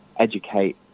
educate